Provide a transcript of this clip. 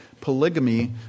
polygamy